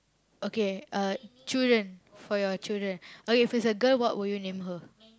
okay uh children for your children okay if it's a girl what will you name her